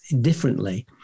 differently